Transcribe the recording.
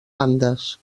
andes